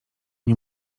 nie